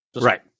Right